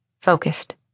focused